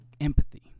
empathy